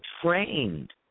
trained